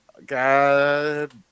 god